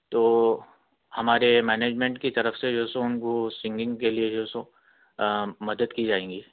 تو ہمارے مینجمینٹ کی طرف سے جو سو ان کو سنگنگ کے لئے جو سو مدد کی جائیں گی